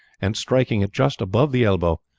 and, striking it just above the elbow,